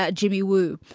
ah jimmy wu.